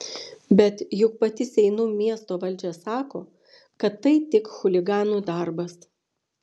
bet juk pati seinų miesto valdžia sako kad tai tik chuliganų darbas